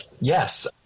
Yes